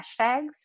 hashtags